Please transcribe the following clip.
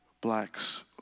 blacks